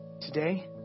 today